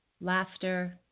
laughter